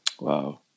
Wow